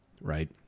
right